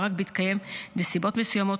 ורק בהתקיים נסיבות מסוימות,